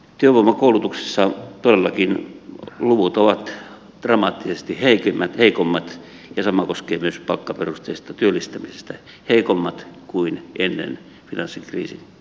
työvoimakoulutuksessa todellakin luvut ovat dramaattisesti heikommat ja sama koskee myös palkkaperusteista työllistämistä kuin ennen finanssikriisin käynnistymistä